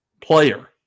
player